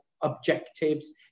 objectives